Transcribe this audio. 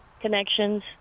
connections